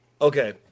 okay